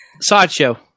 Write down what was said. sideshow